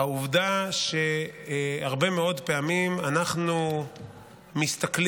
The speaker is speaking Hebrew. העובדה היא שהרבה מאוד פעמים אנחנו מסתכלים